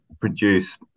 produce